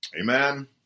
amen